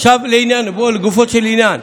עכשיו לגופו של עניין.